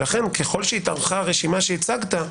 לכן ככל שהתארכה הרשימה שהצגת,